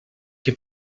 que